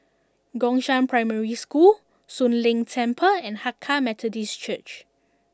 Gongshang Primary School Soon Leng Temple and Hakka Methodist Church